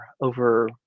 over